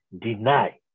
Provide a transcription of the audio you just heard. deny